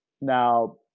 Now